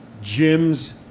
gyms